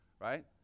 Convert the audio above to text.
right